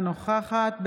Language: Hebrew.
אינה נוכחת עידית סילמן,